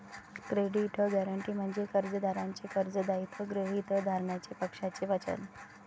credit guarantee म्हणजे कर्जदाराचे कर्ज दायित्व गृहीत धरण्याचे पक्षाचे वचन